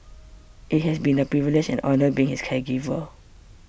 it has been a privilege and honour being his caregiver